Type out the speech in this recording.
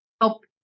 help